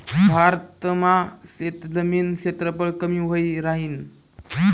भारत मा शेतजमीन क्षेत्रफळ कमी व्हयी राहीन